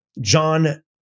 John